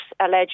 alleged